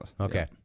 Okay